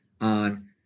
on